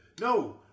No